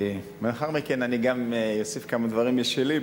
לאחר מכן אני גם אוסיף כמה דברים משלי,